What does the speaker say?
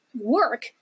work